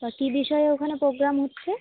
তা কী বিষয়ে ওখানে পোগ্রাম হচ্ছে